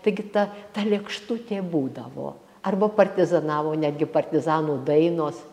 taigi ta ta lėkštutė būdavo arba partizanavo netgi partizanų dainos